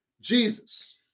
Jesus